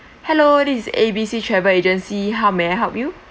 hello this is A B C travel agency how may I help you